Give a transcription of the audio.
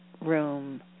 room